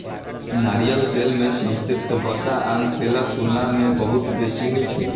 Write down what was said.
नारियल तेल मे संतृप्त वसा आन तेलक तुलना मे बहुत बेसी होइ छै